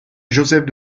joseph